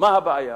מה הבעיה?